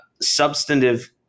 substantive